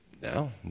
no